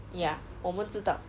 ya 我们知道